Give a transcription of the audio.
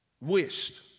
wished